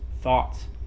thoughts